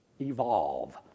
evolve